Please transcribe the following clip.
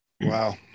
Wow